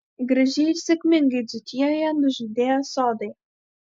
gražiai ir sėkmingai dzūkijoje nužydėjo sodai